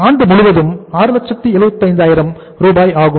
ஆண்டு முழுவதும் 675000 ஆகும்